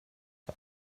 für